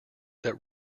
that